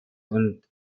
und